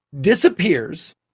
disappears